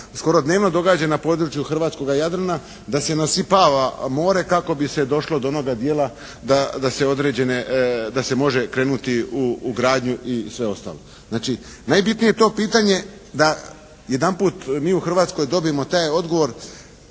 skoro dnevno događa na području hrvatskoga Jadrana da se nasipava more kako bi se došlo do onoga dijela da se određene, da se može krenuti u gradnju i sve ostalo. Znači najbitnije je to pitanje da jedanput mi u Hrvatskoj dobijemo taj odgovor